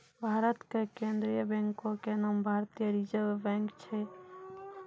भारत के केन्द्रीय बैंको के नाम भारतीय रिजर्व बैंक छै